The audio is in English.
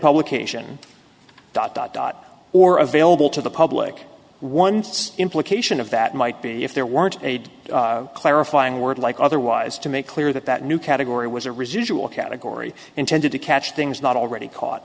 publication dot dot dot or available to the public once implication of that might be if there weren't aid clarifying words like otherwise to make clear that that new category was a residual category intended to catch things not already caught